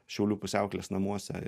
šiaulių pusiaukelės namuose